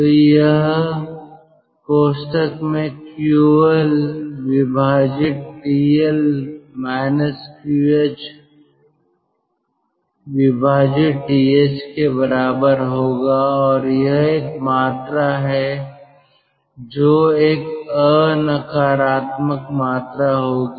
तो यह QL TL QH TH के बराबर होगा और यह एक मात्रा है जो एक अनकारात्मक मात्रा होगी